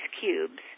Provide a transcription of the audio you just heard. cubes